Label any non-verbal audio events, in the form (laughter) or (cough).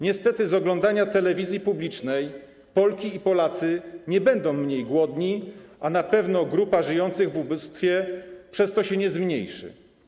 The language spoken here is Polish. Niestety z powodu oglądania telewizji publicznej (noise) Polki i Polacy nie będą mniej głodni, a na pewno grupa żyjących w ubóstwie przez to się nie zmniejszy.